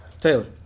Taylor